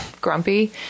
grumpy